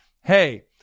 Hey